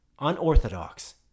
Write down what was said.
Unorthodox